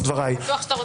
אתה בטוח שאתה רוצה?